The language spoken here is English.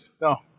No